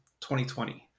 2020